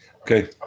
Okay